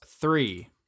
three